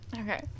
Okay